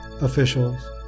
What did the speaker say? officials